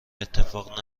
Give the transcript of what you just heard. اتفاق